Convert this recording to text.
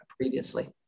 previously